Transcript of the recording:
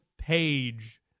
page